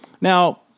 Now